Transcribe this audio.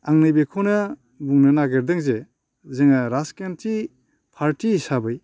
आङो बेखौनो बुंनो नागिरदों जे जोङो राजखान्थि पार्टि हिसाबै